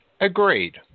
Agreed